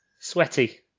Sweaty